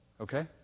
Okay